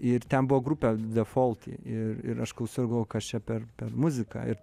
ir ten buvo grupė defolt ir ir aš klausiau ir galvojau kas čia per muzika ir ta